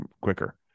quicker